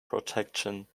protection